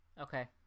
Okay